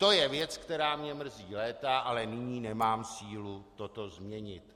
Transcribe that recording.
To je věc, která mě mrzí léta, ale nyní nemám sílu toto změnit.